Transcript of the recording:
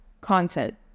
content